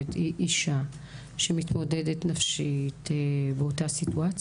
היא אישה שמתמודדת נפשית באותה סיטואציה?